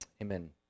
amen